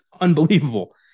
unbelievable